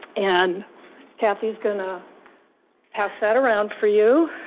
and cathy's gonna pass that around for you.